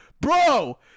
Bro